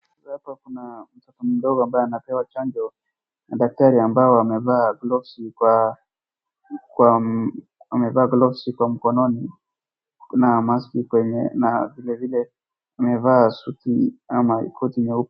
Hapa kuna mtoto mdogo ambaye anapewa chanjo na daktari ambao amevaa gloves kwa amevaa gloves kwa mkononi, kuna maski kwenye na vilevile amevaa suti ama koti nyeupe.